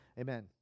amen